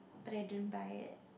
but I didn't buy it